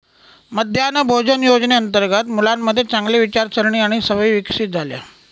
मध्यान्ह भोजन योजनेअंतर्गत मुलांमध्ये चांगली विचारसारणी आणि सवयी विकसित झाल्या